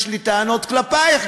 יש לי טענות כלפייך,